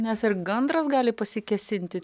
nes ir gandras gali pasikėsint į